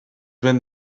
ben